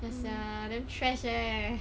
ya sia damn stress eh